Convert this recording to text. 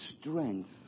strength